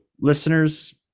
listeners